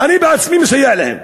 אני בעצמי מסייע להם.